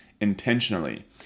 intentionally